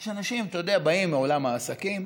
יש אנשים, אתה יודע, שבאים מעולם העסקים,